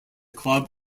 club